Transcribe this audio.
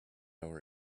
our